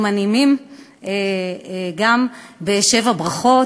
ואנחנו גם מנעימים בשבע ברכות.